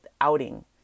outing